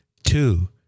Two